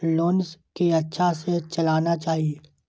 Loan के अच्छा से चलाना चाहि?